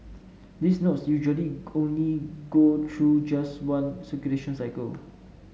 these notes usually only go through just one circulation cycle